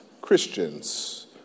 Christians